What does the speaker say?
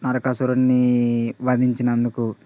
నరకాసురుని వధించినందుకు